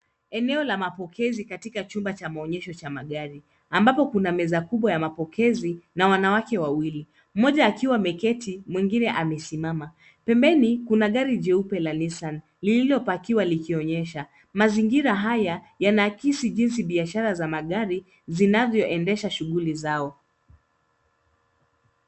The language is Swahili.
Eneo la mapokezi katika chumba cha maonyesho cha magari ambapo kuna meza kubwa ya mapokezi na wanawake wawili. Mmoja akiwa ameketi, mwingine amesimama. Pembeni, kuna gari jeupe la Nissan, lililopakiwa likionyesha. Mazingira haya yanaakisi jinsi biashara za magari zinavyoendesha shughuli zao.